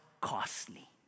costly